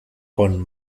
con